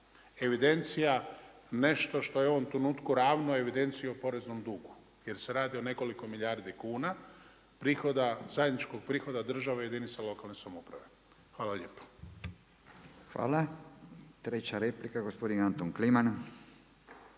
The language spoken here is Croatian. evidencija nešto što je u ovom trenutku ravno evidenciji o poreznom dugu, jer se radi o nekoliko milijardi kuna prihoda, zajedničkog prihoda države i jedinica lokalne samouprave. Hvala lijepo. **Radin, Furio (Nezavisni)** Hvala. Treća replika gospodin Anton Kliman.